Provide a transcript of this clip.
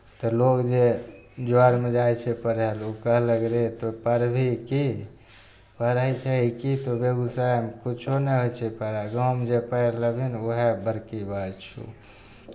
तऽ लोग जे जरमे जाइ छै पढ़य लेल कहलक रे तू पढ़बिही की पढ़ैत छही की तू बेगूसरायमे किछो नहि होइ छै पढ़ाइ गाँवमे जे पढ़ि लेबही ने उएह बड़की बात छौ